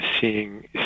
seeing